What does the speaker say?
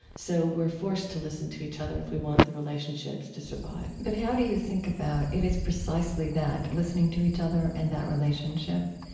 so we're forced to listen to each other if we want the relationships to survive but how do you think about it is precisely that, listening to each other and that relationship,